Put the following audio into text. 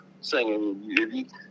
singing